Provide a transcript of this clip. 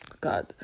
God